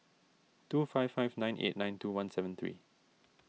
two five five nine eight nine two one seven three